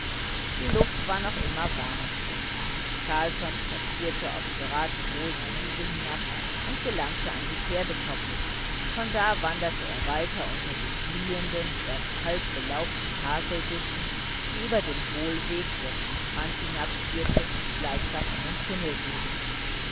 die luft war noch immer warm carlsson spazierte aufs geratewohl die wiese hinab und gelangte in die pferdekoppel von da wanderte er weiter unter den blühenden erst halb belaubten haselbüschen die über dem hohlweg der zum strand hinabführte gleichsam einen tunnel bildeten